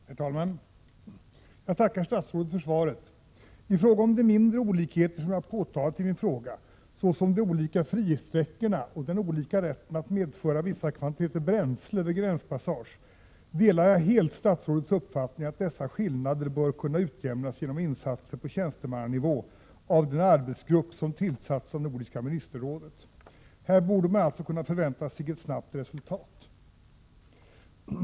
Herr talman! Jag tackar statsrådet för svaret. I fråga om de mindre olikheter som jag påtalat i min fråga, såsom de olika ”fristräckorna” och den olika rätten att medföra vissa kvantiteter bränsle vid gränspassage, delar jag helt statsrådets uppfattning, att dessa skillnader bör kunna utjämnas genom insatser på tjänstemannanivå av den arbetsgrupp som tillsatts av Nordiska ministerrådet. Här borde man alltså kunna vänta sig ett snabbt resultat.